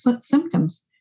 symptoms